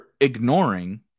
ignoring